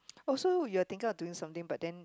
oh so you're thinking of doing something but then